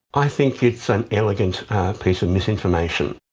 i think it's an elegant piece of misinformation.